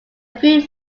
few